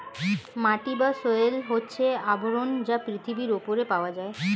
মাটি বা সয়েল হচ্ছে আবরণ যা পৃথিবীর উপরে পাওয়া যায়